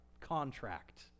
contract